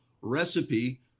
recipe